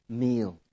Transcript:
meal